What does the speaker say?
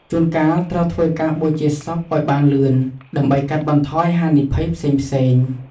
ជួនកាលត្រូវធ្វើការបូជាសពឲ្យបានលឿន ដើម្បីកាត់បន្ថយហានិភ័យផ្សេងៗ។